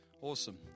Awesome